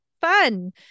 Fun